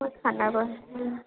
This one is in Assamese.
মই খানাপাৰা